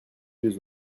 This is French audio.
vieux